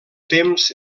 temps